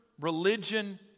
religion